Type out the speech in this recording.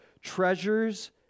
treasures